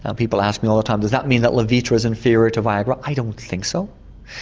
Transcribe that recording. um people ask me all the time does that mean that levitra is inferior to viagra, i don't think so.